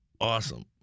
awesome